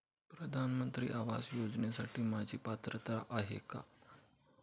प्रधानमंत्री आवास योजनेसाठी माझी पात्रता आहे का?